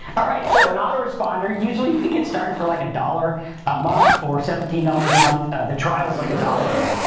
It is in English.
alright, so, an auto-responder usually you can get started for like a dollar a month or seventeen dollars a month, the trial's like a dollar a month.